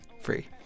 free